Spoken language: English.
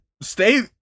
stay